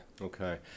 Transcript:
Okay